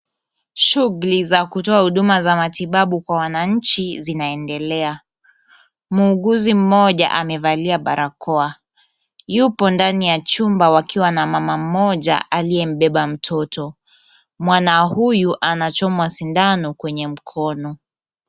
Shughuli za kutoa huduma za matibabu kwa wananchi zinaendelea. Muuguzi mmoja amevalia barakoa yupo ndani ya chumba wakiwa na mama mmoja aliyembeba mtoto. Mwana huyu anachomwa sindano kwenye mkono.